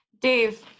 Dave